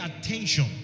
attention